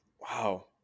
Wow